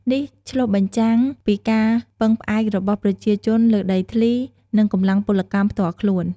នេះឆ្លុះបញ្ចាំងពីការពឹងផ្អែករបស់ប្រជាជនលើដីធ្លី និងកម្លាំងពលកម្មផ្ទាល់ខ្លួន។